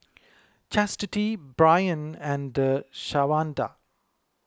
Chastity Brion and Shawnda